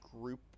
group